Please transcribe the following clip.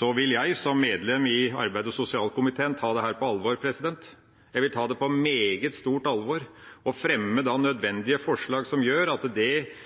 og da vil jeg som medlem i arbeids- og sosialkomiteen ta dette på alvor. Jeg vil ta det på meget stort alvor og fremme nødvendige forslag, dersom dette blir vedtatt, og det er